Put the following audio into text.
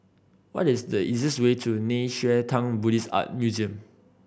what is the easiest way to Nei Xue Tang Buddhist Art Museum